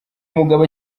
mugabo